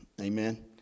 Amen